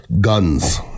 guns